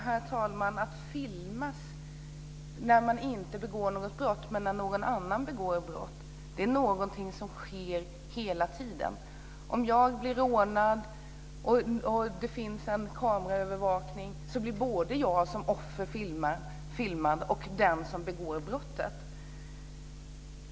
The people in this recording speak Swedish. Herr talman! Att filmas när man inte begår något brott men när någon annan begår ett brott är någonting som sker hela tiden. Om jag blir rånad och det finns en kameraövervakning, så blir jag som offer filmad och den som begår brottet.